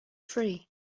free